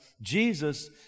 Jesus